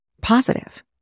positive